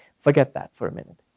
forget that for a minute.